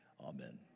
amen